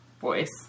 voice